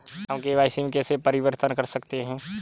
हम के.वाई.सी में कैसे परिवर्तन कर सकते हैं?